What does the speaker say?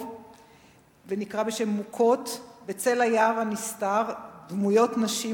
ונקרא בשם "מוכות": בצל היער הנסתר/ דמויות נשים